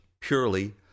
purely